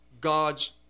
God's